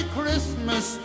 Christmas